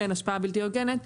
השפעה בלתי הוגנת.